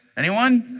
anyone?